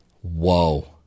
Whoa